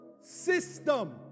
system